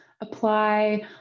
apply